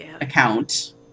Account